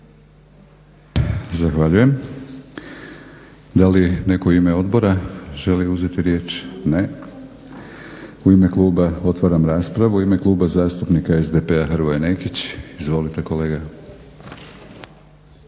Zahvaljujem. Da li netko u ime odbora želi uzeti riječ? Ne. U ime kluba otvaram raspravu. U ime Kluba zastupnika SDP-a Hrvoje Nekić. Izvolite kolega.